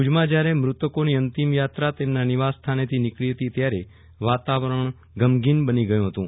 ભુજમાં જયારે મૃતકોની અંતિમયાત્રા તેમના નિવાસ્થાનેથી નીકળી હતી ત્યારે વાતાવરણ ગમગીન બની ગયુ હતું